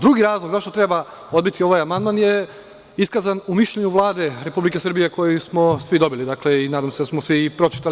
Drugi razlog zašto treba odbiti ovaj amandman je iskazan u mišljenju Vlade Republike Srbije koje smo svi dobili, nadam se da smo svi i pročitali.